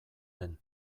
den